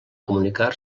comunicar